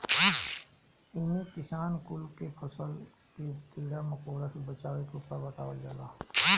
इमे किसान कुल के फसल के कीड़ा मकोड़ा से बचावे के उपाय बतावल जाला